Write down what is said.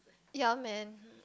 young man